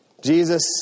Jesus